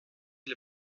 для